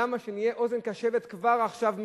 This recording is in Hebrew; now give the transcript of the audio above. למה שנהיה אוזן קשבת כבר עכשיו,